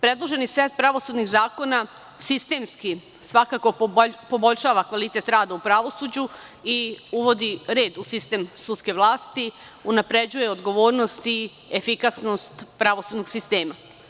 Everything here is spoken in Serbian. Predloženi set pravosudnih zakona sistemski svakako poboljšava kvalitet rada u pravosuđu, i uvodi red u sistem sudske vlasti, unapređuje odgovornost i efikasnost pravosudnog sistema.